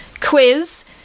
quiz